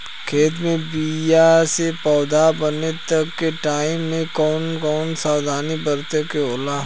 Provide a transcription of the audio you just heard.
खेत मे बीया से पौधा बने तक के टाइम मे कौन कौन सावधानी बरते के होला?